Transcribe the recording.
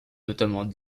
notamment